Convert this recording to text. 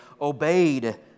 obeyed